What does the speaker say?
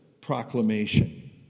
proclamation